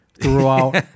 throughout